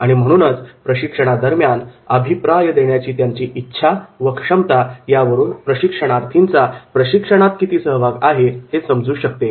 आणि म्हणूनच प्रशिक्षणादरम्यान अभिप्राय देण्याची त्यांची इच्छा व क्षमता यावरून प्रशिक्षणार्थीचा प्रशिक्षणात किती सहभाग आहे हे समजू शकते